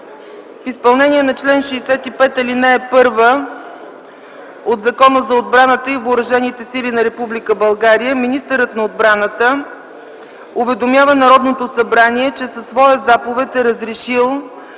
В изпълнение на чл. 65, ал. 1 от Закона за отбраната и въоръжените сили на Република България министърът на отбраната уведомява Народното събрание, че със своя заповед е разрешил